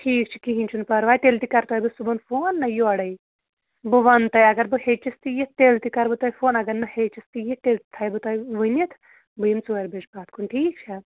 ٹھیٖک چھُ کِہیٖنۍ چھُنہٕ پَرواے تیٚلہِ تہِ کرٕ تۄہہِ بہٕ صُبحن فون نہ یورَے بہٕ وَن تۄہہِ اگر بہٕ ہیٚچِس تہِ یِتھ تیٚلہِ تہِ کرٕ بہٕ تۄہہِ فون اگر نہٕ ہیٚچِس تہِ یِتھ تیٚلہِ تھاے بہٕ تۄہہِ ؤنِتھ بہٕ یِم ژورِ بج پَتھ کُن ٹھیٖک چھا